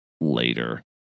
later